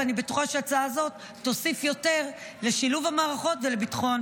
ואני בטוחה שההצעה הזאת תוסיף יותר לשילוב המערכות ולביטחון